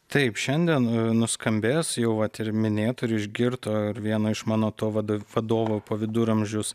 taip šiandien nuskambės jau vat ir minėto ir išgirto ir vieno iš mano to vad vadovo po viduramžius